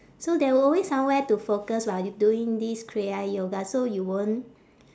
so there will always somewhere to focus while y~ doing this kriya yoga so you won't